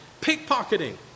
pickpocketing